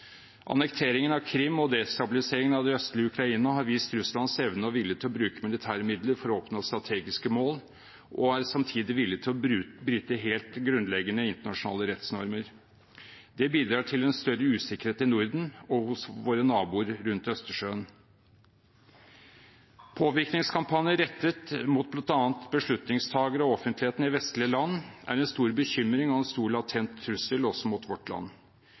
Annekteringen av Krim og destabiliseringen av det østlige Ukraina har vist Russlands evne og vilje til å bruke militære midler for å oppnå strategiske mål og samtidig være villig til å bryte helt grunnleggende internasjonale rettsnormer. Det bidrar til en større usikkerhet i Norden og hos våre naboer rundt Østersjøen. Påvirkningskampanjer rettet mot bl.a. beslutningstakere og offentligheten i vestlige land er en stor bekymring og en stor latent trussel også mot vårt land.